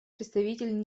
представитель